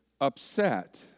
upset